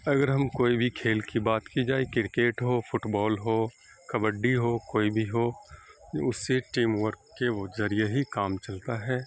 اگر ہم کوئی بھی کھیل کی بات کی جائے کرکٹ ہو فٹ بال ہو کبڈی ہو کوئی بھی ہو اس سے ٹیم ورک کے ذریعے ہی کام چلتا ہے